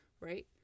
right